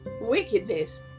wickedness